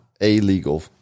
Illegal